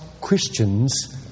Christians